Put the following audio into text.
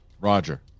Roger